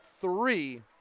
three